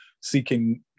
seeking